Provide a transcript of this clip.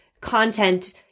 content